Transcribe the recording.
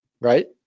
Right